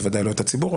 בוודאי לא את הציבור,